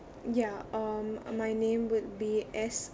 ya um my name would be S